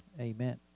amen